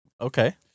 Okay